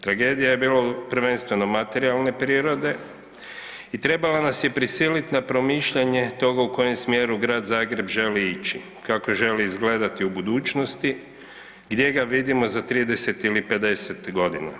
Tragedija je bila prvenstveno materijalne prirode i trebala nas je prisiliti na promišljanje toga u koje smjeru Grad Zagreb želi ići, kako želi izgledati u budućnosti, gdje ga vidimo za 30 ili 50 godina.